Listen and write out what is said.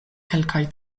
kelkaj